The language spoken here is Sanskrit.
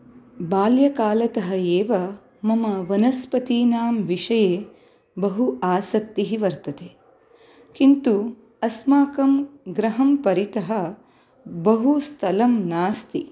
बाल्यकालतः एव मम वनस्पतीनां विषये बहु आसक्तिः वर्तते किन्तु अस्माकं गृहं परितः बहु स्थलं नास्ति